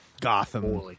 Gotham